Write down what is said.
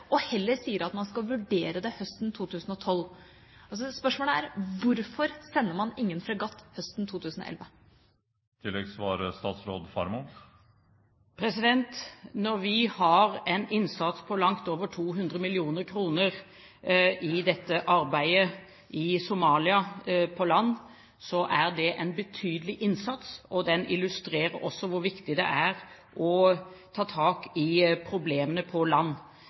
og heller sier at man skal vurdere det høsten 2012. Spørsmålet er: Hvorfor sender man ingen fregatt høsten 2011? Når vi har en innsats på langt over 200 mill. kr i dette arbeidet i Somalia – på land, er det en betydelig innsats. Den illustrerer også hvor viktig det er å ta tak i problemene på land.